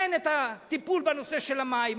אין את הטיפול בנושא של המים,